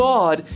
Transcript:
God